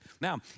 Now